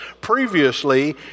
Previously